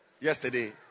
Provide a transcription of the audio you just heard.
Yesterday